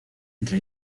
entre